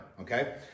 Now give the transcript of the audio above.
okay